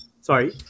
Sorry